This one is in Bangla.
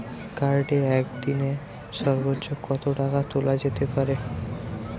কার্ডে একদিনে সর্বোচ্চ কত টাকা তোলা যেতে পারে?